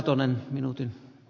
arvoisa puhemies